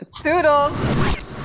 Toodles